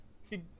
see